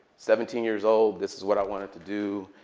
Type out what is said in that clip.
seventeen years old, this is what i wanted to do.